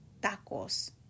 tacos